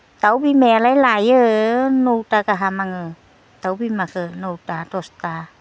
दाउ बिमायालाय लायो नौथा गाहाम आङो दाउ बिमाखो नौथा दसथा